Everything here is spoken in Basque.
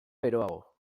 beroago